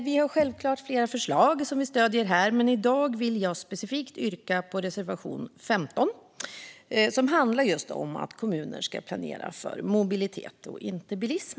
Vi har självfallet flera förslag som vi stöder här, men i dag vill jag yrka bifall specifikt till reservation 15, som handlar just om att kommuner ska planera för mobilitet, inte bilism.